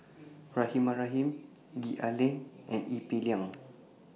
Rahimah Rahim Gwee Ah Leng and Ee Peng Liang